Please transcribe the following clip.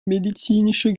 medizinische